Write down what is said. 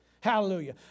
Hallelujah